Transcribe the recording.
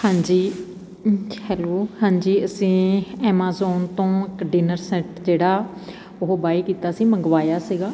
ਹਾਂਜੀ ਹੈਲੋ ਹਾਂਜੀ ਅਸੀਂ ਐਮਾਜ਼ੋਨ ਤੋਂ ਇੱਕ ਡਿਨਰ ਸੈੱਟ ਜਿਹੜਾ ਉਹ ਬਾਏ ਕੀਤਾ ਸੀ ਮੰਗਵਾਇਆ ਸੀਗਾ